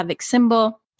symbol